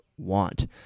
want